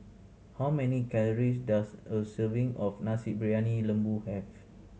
how many calories does a serving of Nasi Briyani Lembu have